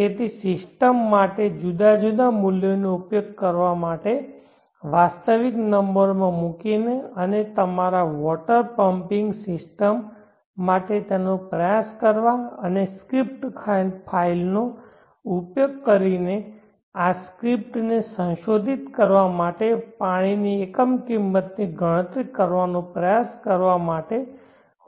તેથી સિસ્ટમ માટે જુદા જુદા મૂલ્યોનો પ્રયોગ કરવા માટે વાસ્તવિક નંબરોમાં મૂકીને અને તમારા વોટર પંપીંગ સિસ્ટમ માટે તેનો પ્રયાસ કરવા અને સ્ક્રિપ્ટ ફાઇલનો ઉપયોગ કરીને અને આ સ્ક્રિપ્ટને સંશોધિત કરવા માટે પાણીની એકમ કિંમતની ગણતરી કરવાનો પ્રયાસ કરવા માટે